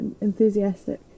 enthusiastic